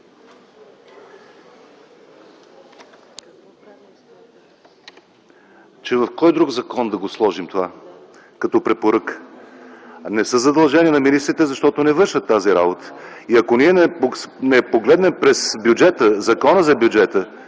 Че в кой друг закон да сложим това като препоръка?! Не са задължени министрите, защото не вършат тази работа. Ако ние не погледнем през Закона за бюджета